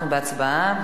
אנחנו בהצבעה.